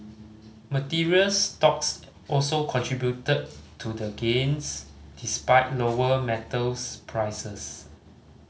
materials stocks also contributed to the gains despite lower metals prices